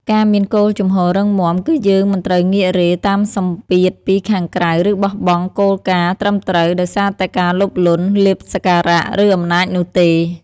ការមានគោលជំហររឹងមាំ គឺយើងមិនត្រូវងាករេតាមសម្ពាធពីខាងក្រៅ ឬបោះបង់គោលការណ៍ត្រឹមត្រូវ ដោយសារតែការលោភលន់ លាភសក្ការៈ ឬអំណាចនោះទេ។